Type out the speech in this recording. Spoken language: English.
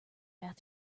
path